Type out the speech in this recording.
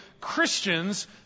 Christians